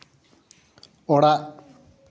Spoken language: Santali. ᱚᱲᱟᱜ